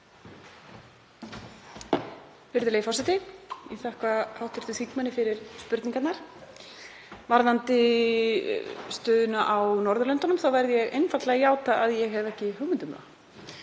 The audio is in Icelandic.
Virðulegur forseti. Ég þakka hv. þingmanni fyrir spurningarnar. Varðandi stöðuna á Norðurlöndunum verð ég einfaldlega að játa að ég hef ekki hugmynd um það.